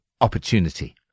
opportunity